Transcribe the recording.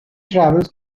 travels